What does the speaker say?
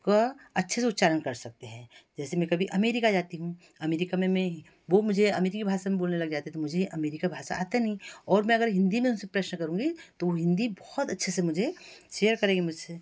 का अच्छे से उच्चारण कर सकते हैं जैसे में कभी अमेरिका जाती हूँ अमेरिका में मैं वो मुझे अमेरीकी भाषा में बोलने लग जाते हैं तो मुझे अमेरिका भाषा आता नहीं और मैं अगर हिंदी में उनसे प्रश्न करूँगी तो वो हिंदी बहुत अच्छे से मुझे सेयर करेंगे मुझसे